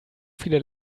viele